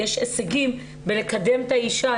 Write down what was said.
יש הישגים בלקדם את האשה,